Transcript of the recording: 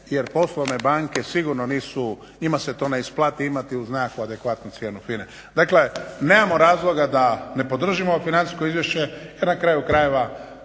jer poslovne banke sigurno se njima to ne isplati imati uz nekakvu adekvatnu cijenu FINA-e. Dakle nemamo razloga da ne podržimo ovo financijsko izvješće jer na kraju krajeva